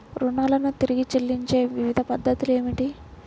రుణాలను తిరిగి చెల్లించే వివిధ పద్ధతులు ఏమిటి?